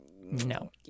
No